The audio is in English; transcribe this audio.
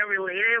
related